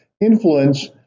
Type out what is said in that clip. influence